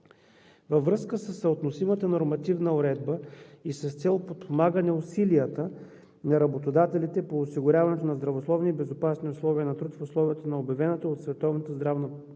Във връзка със съотносимата нормативна уредба и с цел подпомагане усилията на работодателите по осигуряването на здравословни и безопасни условия на труд в условията на обявената от